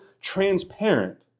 transparent